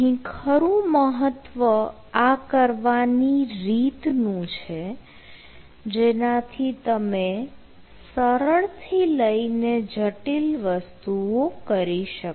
અહીં ખરું મહત્વ આ કરવાની રીત નું છે જેનાથી તમે સરળ થી લઇને જટિલ વસ્તુઓ કરી શકો